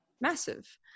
massive